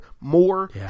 more